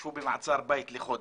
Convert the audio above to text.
תשבו במעצר בית לחודש.